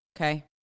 Okay